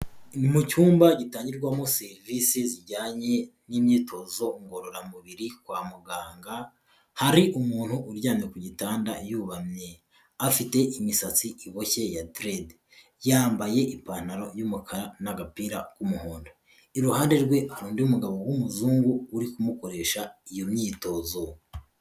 Ni mu cyumba gitangirwamo serivisi zijyanye n'imyitozo ngororamubiri kwa muganga, hari umuntu uryamye ku gitanda yubamye, afite imisatsi iboshye ya derede. Yambaye ipantaro y'umukara n'agapira k'umuhondo. Iruhande rwe hari undi mugabo w'umuzungu uri kumukoresha iyo myitozo.